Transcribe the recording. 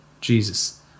Jesus